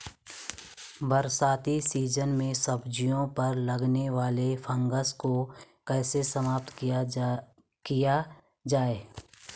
बरसाती सीजन में सब्जियों पर लगने वाले फंगस को कैसे समाप्त किया जाए?